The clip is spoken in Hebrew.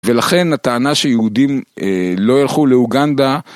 ולכן הטענה שיהודים לא ילכו לאוגנדה